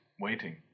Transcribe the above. waiting